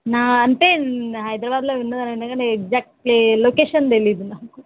నా అంటే హైదరాబాద్లో ఉన్నాను అనే కానీ ఎగ్జాట్లీ లొకేషన్ తెలియదు నాకు